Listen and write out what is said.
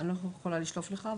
אני לא יכולה לשלוף לך,